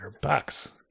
bucks